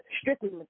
strictly –